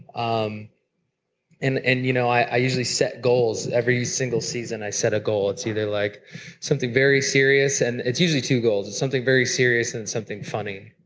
um and and you know, i usually set goals. every single season i set a goal. it's either like something very serious and it's usually two goes. it's something very serious and something funny,